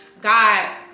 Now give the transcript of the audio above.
God